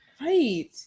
Right